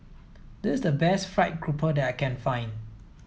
this is the best fried grouper that I can find